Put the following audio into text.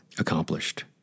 Accomplished